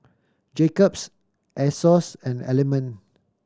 Jacob's Asos and Element